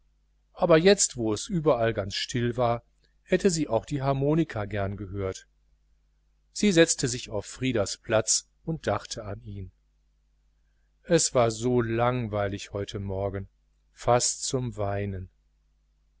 aber jetzt wo es überall ganz still war hätte sie auch die harmonika gern gehört sie setzte sich auf frieders platz und dachte an ihn es war so langweilig heute morgen fast zum weinen